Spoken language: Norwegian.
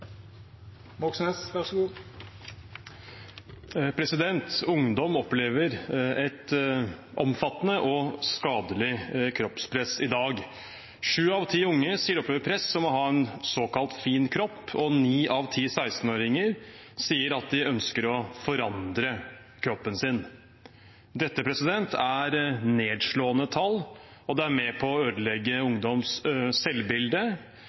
Ungdom opplever et omfattende og skadelig kroppspress i dag. Sju av ti unge sier de opplever press om å ha en såkalt fin kropp, og ni av ti 16-åringer sier at de ønsker å forandre kroppen sin. Dette er nedslående tall, og det er med på å ødelegge ungdoms selvbilde